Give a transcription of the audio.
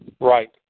Right